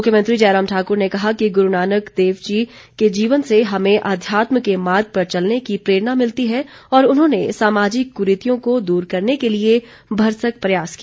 मुख्यमंत्री जयराम ठाक्र ने कहा कि गुरू नानकदेव जी के जीवन से हमें अध्यात्म के मार्ग पर चलने की प्रेरणा मिलती है और उन्होंने सामाजिक कुरीतियों को दूर करने के लिए भरसक प्रयास किया